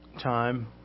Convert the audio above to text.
time